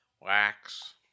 wax